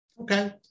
okay